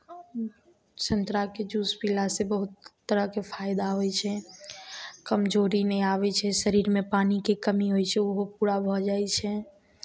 संतराके juice पीलासँ बहुत तरहके फायदा होइ छै कमजोरी नहि आबै छै शरीरमे पानिके कमी होइ छै ओहो पूरा भऽ जाइ छै